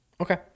okay